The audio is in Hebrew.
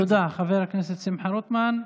תודה, חבר הכנסת שמחה רוטמן.